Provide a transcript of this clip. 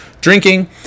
drinking